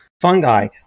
Fungi